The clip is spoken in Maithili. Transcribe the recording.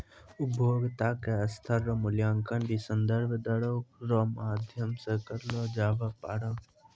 उपभोक्ता के स्तर रो मूल्यांकन भी संदर्भ दरो रो माध्यम से करलो जाबै पारै